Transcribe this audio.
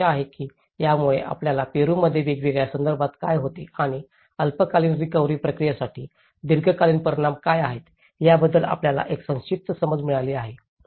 मला आशा आहे की यामुळे आपल्याला पेरूमध्ये वेगवेगळ्या संदर्भात काय होते आणि अल्पकालीन रिकव्हरी प्रक्रियेसाठी दीर्घकालीन परिणाम काय आहेत याबद्दल आपल्याला एक संक्षिप्त समज मिळाली आहे